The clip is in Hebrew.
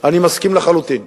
אני מסכים לחלוטין,